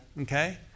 Okay